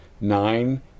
nine